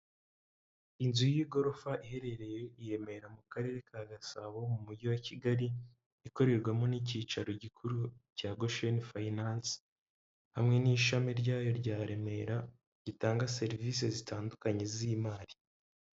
Inzu y'igorofa iherereye i Remera mu Karere ka Gasabo mu mujyi wa Kigali, ikorerwamo n'icyicaro gikuru cya Gosheni Finance hamwe n'ishami ryayo rya Remera, gitanga serivisi zitandukanye z'imari.